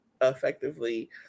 effectively